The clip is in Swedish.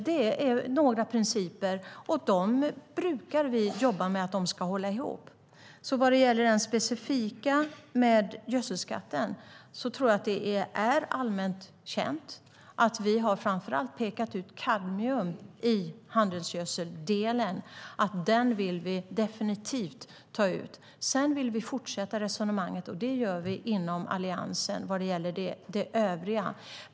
Detta är några principer, och vi brukar jobba med att de ska hålla ihop. Vad gäller det specifika med gödselskatten tror jag att det är allmänt känt att vi framför allt har pekat ut kadmium i handelsgödseldelen. Vi vill definitivt ta ut detta. Sedan vill vi fortsätta resonemanget vad gäller det övriga, och det gör vi inom Alliansen.